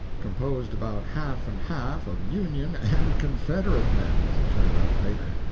composed about half-and-half of union and confederate men, as it turned out later.